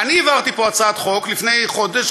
אני העברתי פה הצעת חוק לפני חודש,